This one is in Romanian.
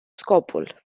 scopul